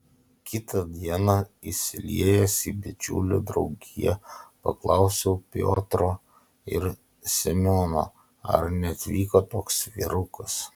kitą dieną įsiliejęs į bičiulių draugiją paklausiau piotro ir semiono ar neatvyko toks vyrukas